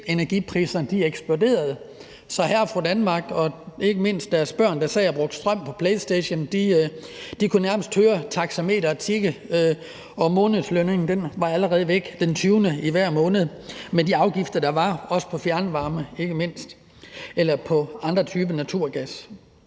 energipriserne eksploderede, så hr. og fru Danmark og ikke mindst deres børn, der sad og brugte strøm på PlayStation, nærmest kunne høre taxameteret tikke, og månedslønnen allerede var væk den 20. i hver måned med de afgifter, der var, ikke mindst også på fjernvarme eller på andre typer naturgas.